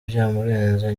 byamurenze